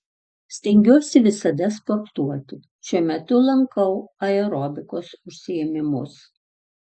stengiuosi visada sportuoti šiuo metu lankau aerobikos užsiėmimus